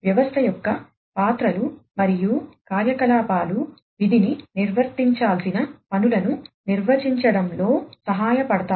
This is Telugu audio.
వ్యవస్థ యొక్క పాత్రలు మరియు కార్యకలాపాలు విధిని నిర్వర్తించాల్సిన పనులను నిర్వచించడంలో సహాయపడతాయి